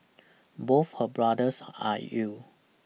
both her brothers are ill